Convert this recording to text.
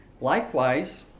likewise